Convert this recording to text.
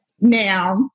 now